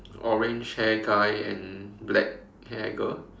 orange hair guy and black hair girl